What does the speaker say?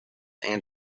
and